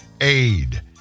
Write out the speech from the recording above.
aid